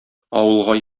авылга